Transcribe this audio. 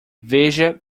veja